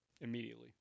Immediately